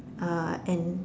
uh and